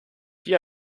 hier